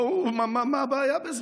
מה הבעיה בזה?